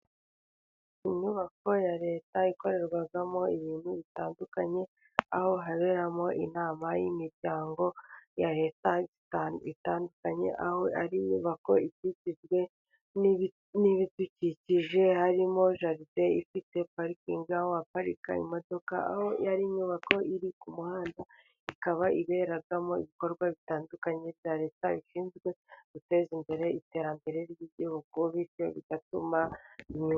Inyubako ya reta ikorerwa mo ibintu bitandukanye, aho haberamo inama y'imiryango ya leta itandukanye, aho ari inyubako ikikizwe n'ibidukikije harimo jaride ifite parikingi waparika imodoka, aho ari inyubako iri ku muhanda ikaba iberamo ibikorwa bitandukanye bya leta ishinzwe guteza imbere iterambere ry'igihugu bityo bigatuma.